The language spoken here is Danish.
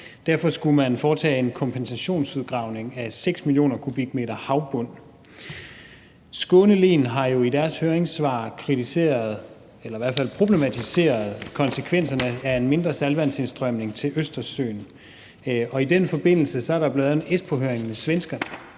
Derfor skulle man foretage en kompensationsudgravning af 6 mio. m³ havbund. Skåne län har i deres høringssvar kritiseret eller i hvert fald problematiseret konsekvenserne af en mindre saltvandsindstrømning til Østersøen. Og i den forbindelse er der blevet lavet en Espoohøring med svenskerne.